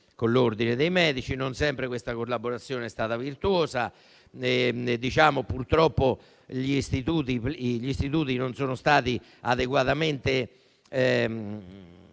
con l'ordine dei medici, ma non sempre questa collaborazione è stata virtuosa. Purtroppo gli istituti non sono stati adeguatamente